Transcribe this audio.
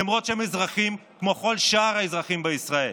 למרות שהם אזרחים כמו כל שאר האזרחים בישראל.